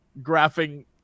graphing